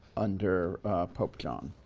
under pope john